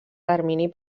termini